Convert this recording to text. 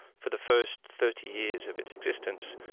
for the first thirty years of its existence,